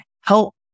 help